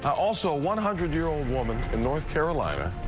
also one hundred year-old woman in north carolina.